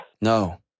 No